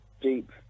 deep